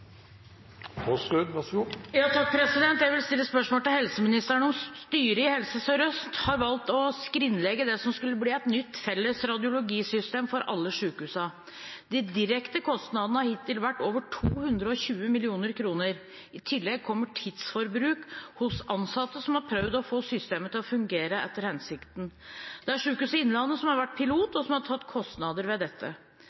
til helseministeren: «Styret i Helse Sør-Øst har nylig valgt å skrinlegge det som skulle bli et nytt, felles radiologisystem for alle sykehusene. De direkte kostnadene hittil har vært over 220 millioner kroner. I tillegg kommer tidsforbruk hos ansatte som har prøvd å få systemet til å fungere etter hensikten. Det er Sykehuset Innlandet som har vært pilot